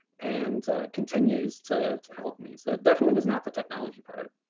and continues to help me. so it definitely was not the technology part.